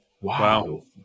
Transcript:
Wow